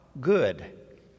good